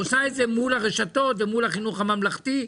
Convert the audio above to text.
מול הרשתות ומול החינוך הממלכתי,